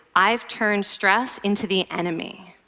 i've turned stress into the enemy.